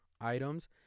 items